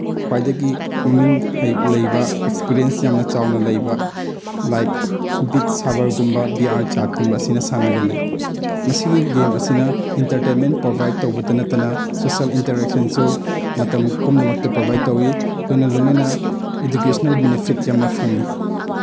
ꯈ꯭ꯋꯥꯏꯗꯒꯤ ꯃꯃꯤꯡ ꯂꯩꯕ ꯑꯦꯛꯁꯄꯤꯔꯤꯌꯦꯟꯁ ꯌꯥꯝꯅ ꯆꯥꯎꯅ ꯂꯩꯕ ꯂꯥꯏꯛ ꯕꯤꯠꯁ ꯁꯥꯕꯔꯒꯨꯝꯕ ꯕꯤ ꯑꯥꯔ ꯆꯥꯠꯀꯨꯝꯕ ꯑꯁꯤꯅ ꯁꯥꯟꯅꯒꯜꯂꯤ ꯃꯁꯤꯒꯤ ꯒꯦꯝ ꯑꯁꯤꯅ ꯏꯟꯇꯔꯇꯦꯟꯃꯦꯟ ꯄ꯭ꯔꯣꯚꯥꯏꯠ ꯇꯧꯕꯇ ꯅꯠꯇꯅ ꯁꯣꯁꯦꯜ ꯏꯟꯇꯔꯦꯛꯁꯟꯁꯨ ꯃꯇꯝ ꯄꯨꯝꯅꯃꯛꯇ ꯄ꯭ꯔꯣꯚꯥꯏꯠ ꯇꯧꯋꯤ ꯂꯣꯏꯅ ꯂꯣꯏꯅꯅ ꯏꯗꯨꯀꯦꯁꯅꯦꯜ ꯕꯤꯅꯤꯐꯤꯠ ꯌꯥꯝꯅ ꯐꯪꯉꯤ